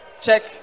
Check